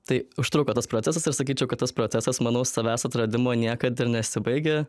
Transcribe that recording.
tai užtruko tas procesas ir sakyčiau kad tas procesas manau savęs atradimo niekad ir nesibaigia